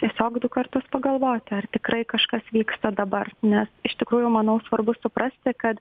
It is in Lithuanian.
tiesiog du kartus pagalvoti ar tikrai kažkas vyksta dabar nes iš tikrųjų manau svarbu suprasti kad